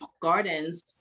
gardens